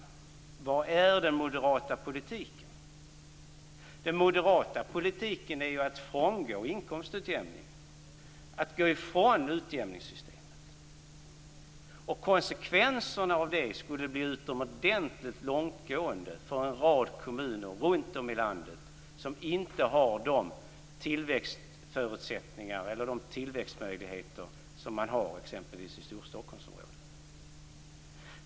Vad är den moderata politiken? Den moderata politiken är att frångå inkomstutjämningen, dvs. att gå ifrån utjämningssystemet. Konsekvenserna av det skulle bli utomordentligt långtgående för en rad kommuner runtom i landet som inte har de tillväxtförutsättningar eller de tillväxtmöjligheter som man har i exempelvis Storstockholmsområdet.